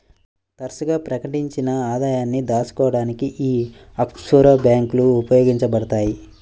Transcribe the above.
తరచుగా ప్రకటించని ఆదాయాన్ని దాచుకోడానికి యీ ఆఫ్షోర్ బ్యేంకులు ఉపయోగించబడతయ్